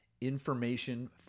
information